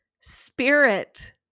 Spirit